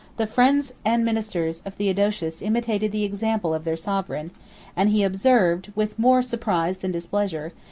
the friends and ministers of theodosius imitated the example of their sovereign and he observed, with more surprise than displeasure,